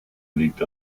liegt